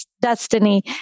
destiny